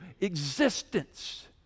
existence